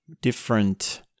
different